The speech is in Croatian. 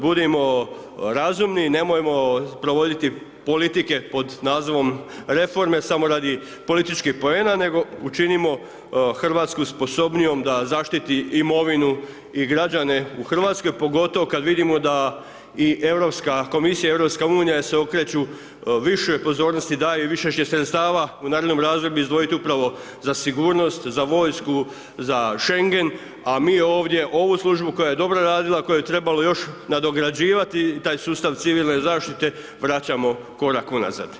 Budimo razumni, nemojmo provoditi politike pod nazivom reforme samo radi političkih poena nego učinimo Hrvatsku sposobnijom da zaštiti imovinu i građane u Hrvatskoj pogotovo kada vidimo da i Europska komisija i EU se okreću višoj pozornosti i daje i više će sredstava u narednom razdoblju izdvojiti upravo za sigurnost, za vojsku, za schengen a mi ovdje ovu službu koja je dobro radila, koju je trebalo još nadograđivati i taj sustav civilne zaštite vraćamo korak unazad.